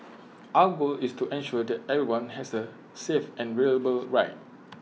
our goal is to ensure that everyone has A safe and ride